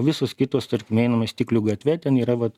visos kitos tarkime einame stiklių gatve ten yra vat